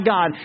God